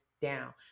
down